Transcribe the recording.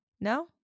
No